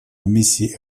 миссии